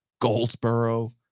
Goldsboro